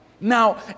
Now